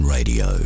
Radio